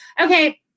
Okay